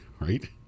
right